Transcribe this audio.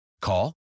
Call